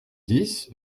dix